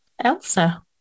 Elsa